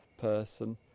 person